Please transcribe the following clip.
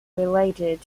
related